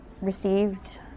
received